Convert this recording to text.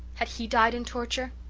had he died in torture?